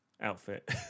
Outfit